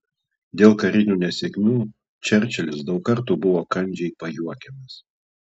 dėl karinių nesėkmių čerčilis daug kartų buvo kandžiai pajuokiamas